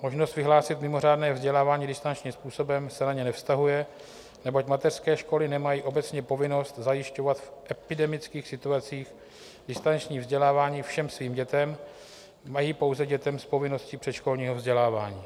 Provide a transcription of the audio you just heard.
Možnost vyhlásit mimořádné vzdělávání distančním způsobem se na ně nevztahuje, neboť mateřské školy nemají obecně povinnost zajišťovat v epidemických situacích distanční vzdělávání všem svým dětem, mají pouze dětem s povinností předškolního vzdělávání.